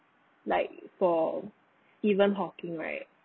like for stephen hawking right